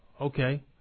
Okay